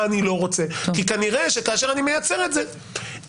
אני לא רוצה כי כנראה שכאשר אני מייצר את זה,